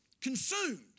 consumed